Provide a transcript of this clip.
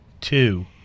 two